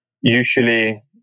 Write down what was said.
usually